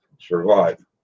survive